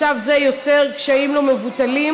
מצב זה יוצר קשיים לא מבוטלים,